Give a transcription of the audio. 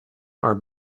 are